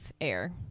air